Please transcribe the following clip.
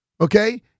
okay